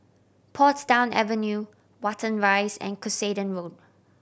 Portsdown Avenue Watten Rise and Cuscaden Road